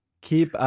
Keep